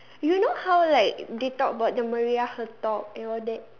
you know how like they talk about the Maria-Hertogh and all that